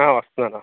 వస్తున్నాారా